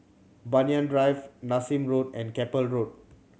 Banyan Drive Nassim Road and Keppel Road